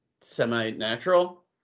semi-natural